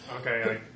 Okay